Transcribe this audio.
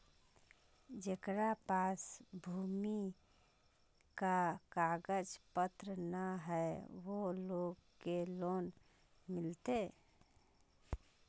जेकरा पास भूमि का कागज पत्र न है वो लोग के लोन मिलते?